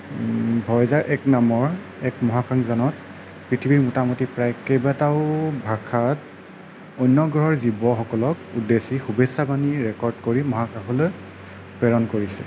Voyager এক নামৰ এক মহাকাশ যানত পৃথিৱীৰ মোটামুটি প্ৰায় কেইবাটাও ভাষাত অন্য গ্ৰহৰ জীৱসকলক উদ্দেশ্যি শুভেচ্ছা বাণী ৰেকৰ্ড কৰি মহাকাশলৈ প্ৰেৰণ কৰিছে